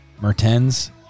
mertens